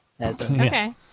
Okay